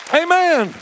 amen